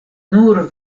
nur